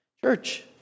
Church